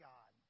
God